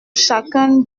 chacun